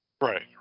Right